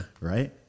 Right